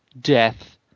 death